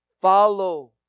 Follow